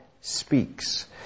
speaks